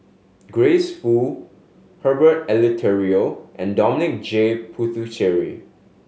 Grace Fu Herbert Eleuterio and Dominic J Puthucheary